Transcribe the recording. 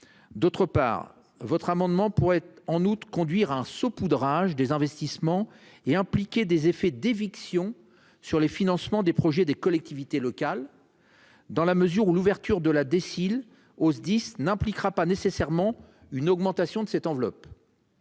D'autre part votre amendement pourrait être en août conduire un saupoudrage des investissements et impliqué des effets d'éviction sur les financements des projets des collectivités locales. Dans la mesure où l'ouverture de la déciles au SDIS n'impliquera pas nécessairement une augmentation de cette enveloppe.